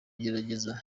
gerageza